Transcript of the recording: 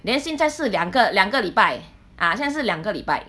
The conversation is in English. then 现在是两个两个礼拜啊现在是两个礼拜